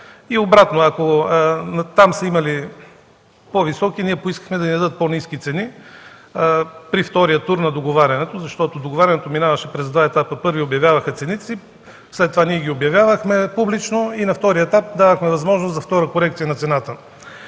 и обратно – ако там са имали по-високи, ние поискахме да ни дадат по-ниски цени при втория тур на договарянето, защото договарянето минаваше през два етапа: в първия, обявяваха цените си, след това ние ги обявявахме публично и на втория етап давахме възможност за втора корекция на цената.